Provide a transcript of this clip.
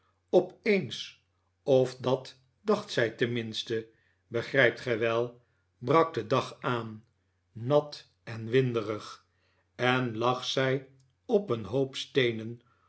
ooren opeens of dat dacht zij tenminste begrijpt gij wel brak de dag aan nat en winderig en lag zij op een hoop steehen